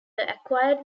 acquired